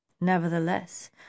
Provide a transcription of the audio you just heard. nevertheless